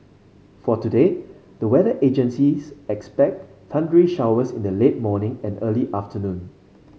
for today the weather agencies expects thundery showers in the late morning and early afternoon